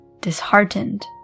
disheartened